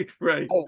right